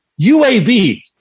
uab